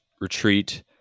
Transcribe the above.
retreat